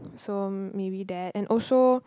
so maybe that and also